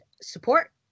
support